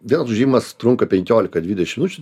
vėl užėjimas trunka penkiolika dvidešimt minučių